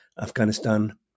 Afghanistan